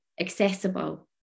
accessible